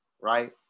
right